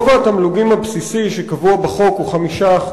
גובה התמלוגים הבסיסי שקבוע בחוק הוא 5%,